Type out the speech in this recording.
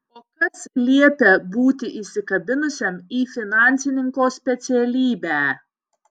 o kas liepia būti įsikabinusiam į finansininko specialybę